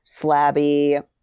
slabby